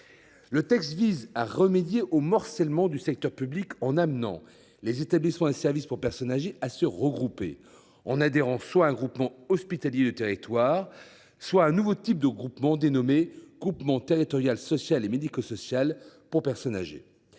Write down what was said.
Le texte vise à remédier au morcellement du secteur public en amenant les établissements et services pour personnes âgées à se regrouper en adhérant soit à un groupement hospitalier de territoire soit à un nouveau type de groupement dénommé « groupement territorial social et médico social pour personnes âgées ».